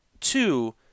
two